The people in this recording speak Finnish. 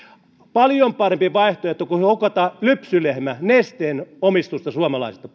paljon parempi vaihtoehto kuin hukata lypsylehmä nesteen omistusta suomalaisilta